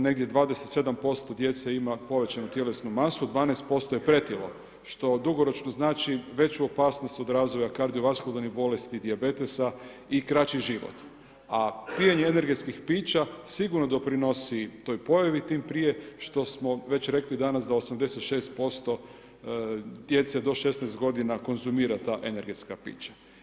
Negdje 27% djece ima povećanu tjelesnu masu, 12% je pretilo, što dugoročno znači veću opasnost od razvoja kardio-vaskularnih bolesti i dijabetesa i kraći život, a pijenje energetskih pića sigurno doprinosi toj pojavi, tim prije što smo već rekli danas da 86% djece do 16 godina konzumira ta energetska pića.